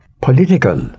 political